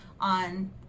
on